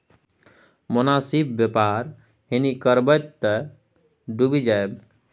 मोनासिब बेपार नहि करब तँ डुबि जाएब